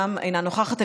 אינה נוכחת.